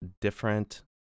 different